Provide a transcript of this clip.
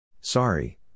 Sorry